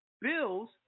Bills